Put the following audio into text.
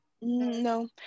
No